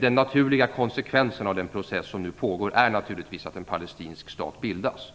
Den naturliga konsekvensen av den process som nu pågår är att en palestinsk stat bildas.